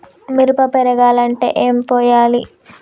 మిరప పెరగాలంటే ఏం పోయాలి?